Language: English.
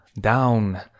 Down